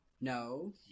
no